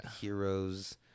heroes